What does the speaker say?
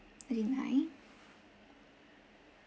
ninety nine